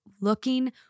Looking